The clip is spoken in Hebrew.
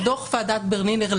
ודוח ועדת ברלינר,